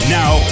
now